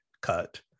cut